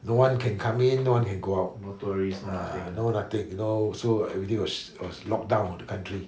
no one can come in no one can go out ah no nothing no so you know everything was sh~ locked down in the country